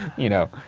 you know.